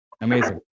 Amazing